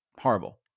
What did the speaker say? horrible